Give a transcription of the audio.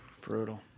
brutal